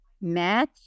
Match